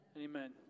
Amen